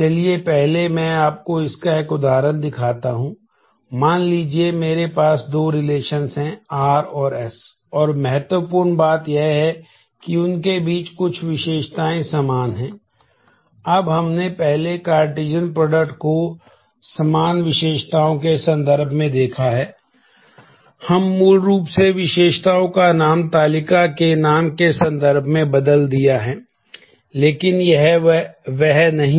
चलिए पहले मैं आपको इसका एक उदाहरण दिखाता हूं मान लीजिए कि मेरे पास दो रिलेशंस के संदर्भ में देख